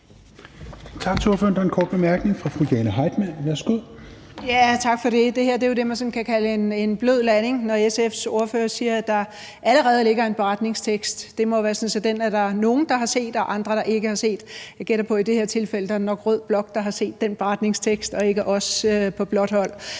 Tak for det. Det er jo det, man sådan kan kalde en blød landing, når SF's ordfører siger, at der allerede ligger en beretningstekst. Det må være sådan, at den er der nogle der har set og andre der ikke har set. Jeg gætter på, at i det her tilfælde er det nok rød blok, der har set den beretningstekst, og ikke os på blåt hold.